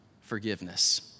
forgiveness